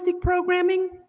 programming